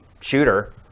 shooter